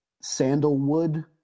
sandalwood